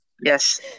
yes